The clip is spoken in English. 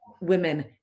women